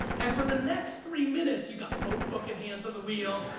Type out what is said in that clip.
and for the next three minutes, you got both fucking hands on the wheel.